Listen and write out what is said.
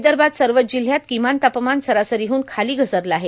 विदर्भात सर्वच जिल्ह्यात किमान तापमान सरासरीहून खाली घसरलं आहे